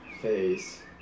face